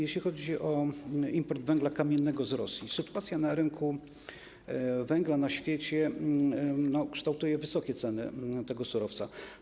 Jeśli chodzi o import węgla kamiennego z Rosji, to sytuacja na rynku węgla na świecie kształtuje wysokie ceny tego surowca.